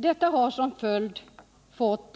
Detta har fått som följd